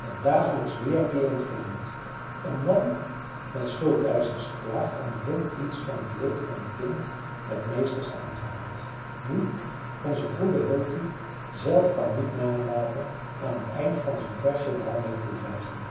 een dagelijks weerkeerend verdriet een man met schuldeischers geplaagd ondervindt iets van het leed van een kind met meesters aangehaald nu onze goede hölty zelf kan niet nalaten aan t eind van zijn versje daarmede te dreigen